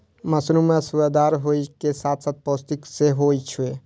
mushroom सुअदगर होइ के साथ साथ पौष्टिक सेहो होइ छै